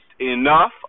enough